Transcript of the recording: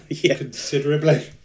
considerably